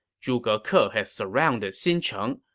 zhuge ke ah has surrounded xincheng,